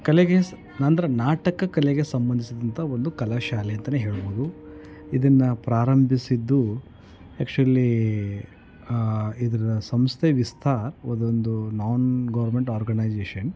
ಕಲೆಗೆ ಸ್ ಅಂದ್ರೆ ನಾಟಕ ಕಲೆಗೆ ಸಂಬಂಧಿಸಿದಂಥ ಒಂದು ಕಲಾಶಾಲೆ ಅಂತಲೇ ಹೇಳ್ಬೋದು ಇದನ್ನು ಪ್ರಾರಂಭಿಸಿದ್ದು ಆ್ಯಕ್ಚುಲೀ ಇದರ ಸಂಸ್ಥೆ ವಿಸ್ತಾರ್ ಇದೊಂದು ನಾನ್ಗೌರ್ಮೆಂಟ್ ಆರ್ಗನೈಜೇಷನ್